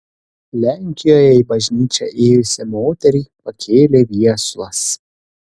lenkijoje į bažnyčią ėjusią moterį pakėlė viesulas